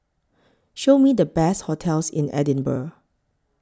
Show Me The Best hotels in Edinburgh